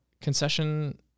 concession